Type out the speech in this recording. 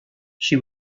she